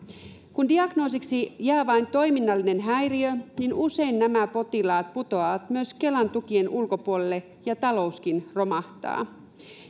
kun diagnoosiksi jää vain toiminnallinen häiriö niin usein nämä potilaat putoavat myös kelan tukien ulkopuolelle ja talouskin romahtaa